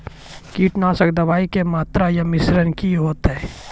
कीटनासक दवाई के मात्रा या मिश्रण की हेते?